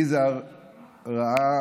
יזהר ראה